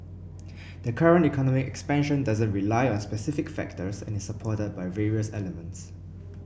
the current economic expansion doesn't rely on specific factors and is supported by various elements